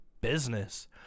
business